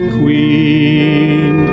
queen